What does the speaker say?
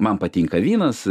man patinka vynas